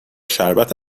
شربت